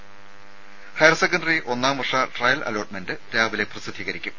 ത higher secondary ഒന്നാം വർഷ ട്രയൽ അലോട്ട്മെന്റ് രാവിലെ പ്രസിദ്ധീകരിക്കും